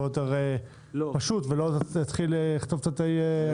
יותר פשוט ולא להתחיל לכתוב תתי סעיפים.